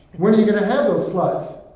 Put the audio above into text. when are you gonna have those slots?